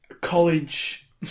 college